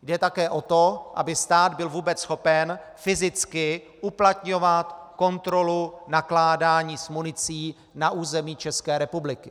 Jde také o to, aby stát byl vůbec schopen fyzicky uplatňovat kontrolu nakládání s municí na území České republiky.